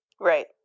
Right